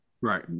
Right